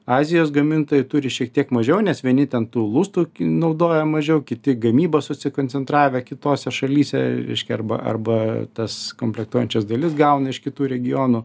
azijos gamintojai turi šiek tiek mažiau nes vieni ten tų lustų naudoja mažiau kiti į gamybą susikoncentravę kitose šalyse reiškia arba arba tas komplektuojančias dalis gauna iš kitų regionų